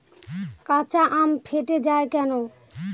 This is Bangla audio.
কাঁচা আম ফেটে য়ায় কেন?